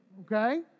okay